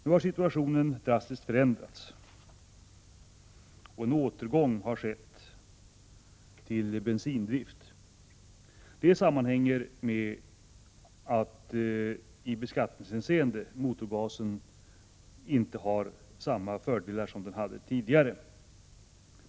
Nu har situationen drastiskt förändrats och en återgång har skett till bensindrift. Det sammanhänger med att motorgasen inte har samma ekonomiska fördelar som den hade tidigare.